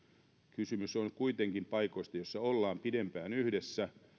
kysymys on kuitenkin paikoista joissa ollaan pidempään yhdessä